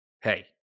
Hey